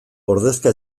ordezka